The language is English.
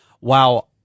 wow